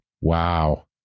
Wow